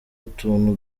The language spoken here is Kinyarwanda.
utuntu